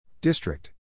District